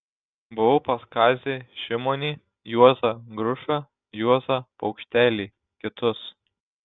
buvau pas kazį šimonį juozą grušą juozą paukštelį kitus